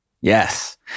Yes